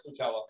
Nutella